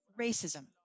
racism